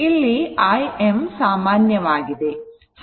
ಇಲ್ಲಿ Im ಸಾಮಾನ್ಯವಾಗಿದೆ